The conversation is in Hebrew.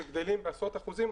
שהגדלים בעשרות אחוזים.